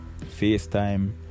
FaceTime